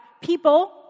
people—